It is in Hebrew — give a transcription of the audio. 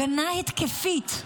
הגנה התקפית.